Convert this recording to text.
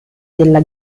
della